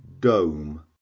Dome